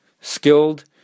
skilled